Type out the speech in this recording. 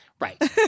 right